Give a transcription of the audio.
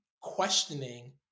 questioning